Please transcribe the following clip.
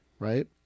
Right